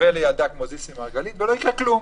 ויש אין-ספור מקרים כאלה.